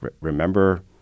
remember